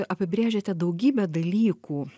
apibrėžiate daugybę dalykų